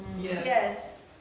Yes